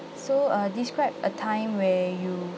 so uh describe a time where you